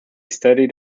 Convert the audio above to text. studied